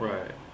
Right